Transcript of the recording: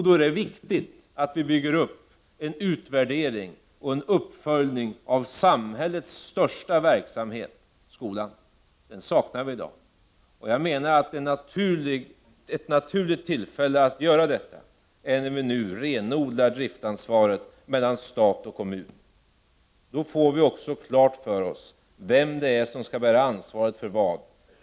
Då är det viktigt att vi bygger upp en utvärdering och en uppföljning av samhällets största verksamhet, dvs. skolan, som i dag saknas. Jag menar att ett naturligt tillfälle att göra detta är när vi nu renodlar driftsansvaret mellan stat och kommun. Då får vi också klart för oss vem det är som skall bära ansvaret för vad.